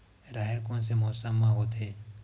राहेर कोन से मौसम म होथे?